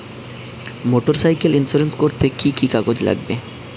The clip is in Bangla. মোটরসাইকেল ইন্সুরেন্স করতে কি কি কাগজ লাগবে?